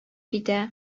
китә